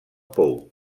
pou